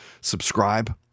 Subscribe